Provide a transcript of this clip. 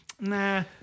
nah